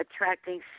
attracting